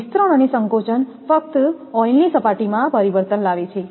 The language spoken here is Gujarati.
વિસ્તરણ અને સંકોચન ફક્ત ઓઇલ ની સપાટીમાં પરિવર્તન લાવે છે